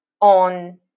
on